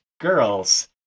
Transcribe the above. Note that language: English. girls